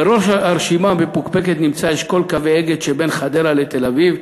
בראש הרשימה המפוקפקת נמצא אשכול קווי "אגד" שבין חדרה לתל-אביב,